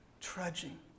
trudging